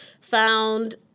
found